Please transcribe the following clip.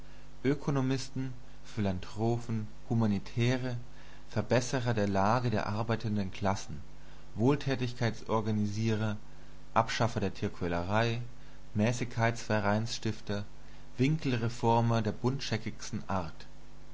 philantrophen humanitäre verbesserer der lage der arbeitenden klassen wohltätigkeitsorganisierer abschaffer der tierquälerei mäßigkeitsvereinsstifter winkelreformer der buntscheckigsten art